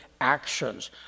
actions